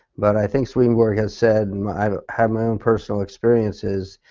but i think swedenborg has said, and i have my own personal experiences,